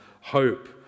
hope